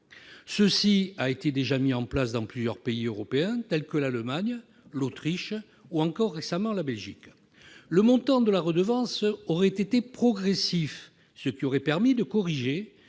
a déjà été mis en place dans plusieurs pays européens tels que l'Allemagne, l'Autriche ou, plus récemment, la Belgique. Le montant de la redevance aurait été progressif, ce qui aurait permis non